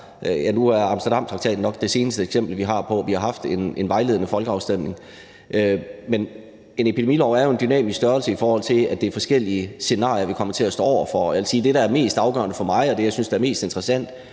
Ja, Amsterdamtraktaten er jo nok det seneste eksempel på en vejledende folkeafstemning, vi har haft. Men en epidemilov er jo en dynamisk størrelse, i forhold til at det er forskellige scenarier, vi kommer til at stå over for. Jeg vil sige, at det, der er mest afgørende for mig, og det, jeg synes er mest interessant,